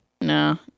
No